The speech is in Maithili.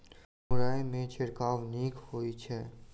मुरई मे छिड़काव नीक होइ छै?